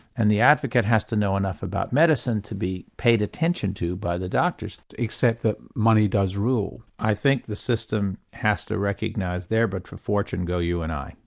and the advocate has to know enough about medicine to be paid attention to by the doctors. except that money does rule. i think the system has to recognise there but for fortune go you and i,